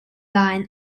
line